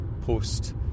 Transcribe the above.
post